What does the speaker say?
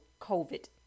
COVID